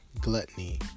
gluttony